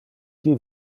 qui